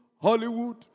Hollywood